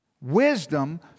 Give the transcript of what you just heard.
Wisdom